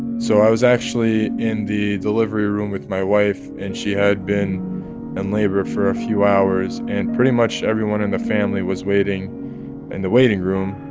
so i was actually in the delivery room with my wife, and she had been in labor for a few hours. and pretty much everyone in the family was waiting in the waiting room,